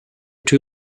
two